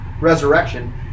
Resurrection